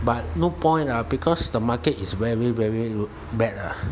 but no point lah because the market is very very bad ah